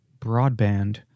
broadband